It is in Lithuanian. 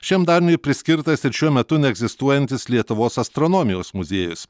šiam dariniui priskirtas ir šiuo metu neegzistuojantis lietuvos astronomijos muziejus